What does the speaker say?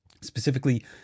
Specifically